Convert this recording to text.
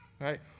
right